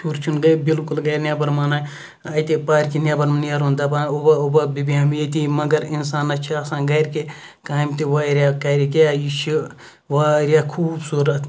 شُر چھُنہٕ گَرِ بِلکُل گَرِ نیٚبَر مانان اَتہِ پارکہِ نیٚبَر نیرُن دَپان اوٚبوَ اوٚبوَ بہٕ بیہمہٕ ییٚتی مَگَر اِنسانَس چھِ آسان گَرکہِ کامہِ تہِ واریاہ کَرِ کیاہ یہِ چھُ واریاہ خوٗبصوٗرَت